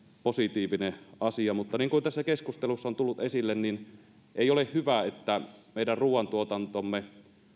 positiivinen asia mutta niin kuin tässä keskustelussa on tullut esille niin ei ole hyvä että meidän ruoantuotantomme